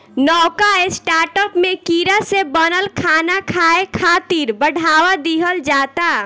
नवका स्टार्टअप में कीड़ा से बनल खाना खाए खातिर बढ़ावा दिहल जाता